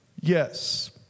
Yes